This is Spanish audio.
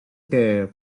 que